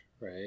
right